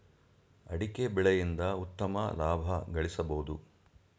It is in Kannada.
ಅಡಿಕೆ ಬೆಳೆಯಿಂದ ಉತ್ತಮ ಲಾಭ ಗಳಿಸಬೋದು